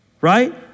Right